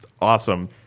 awesome